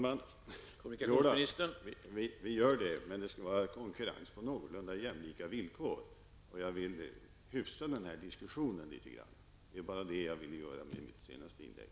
Herr talman! Vi gör det, men det skall vara konkurrens på någorlunda jämlika villkor. Jag ville hyfsa diskussionen litet grand med mitt senaste inlägg.